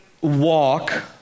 walk